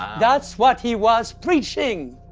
that's what he was preaching!